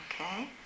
Okay